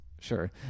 Sure